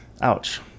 ouch